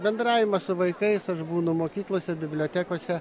bendravimas su vaikais aš būnu mokyklose bibliotekose